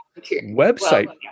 website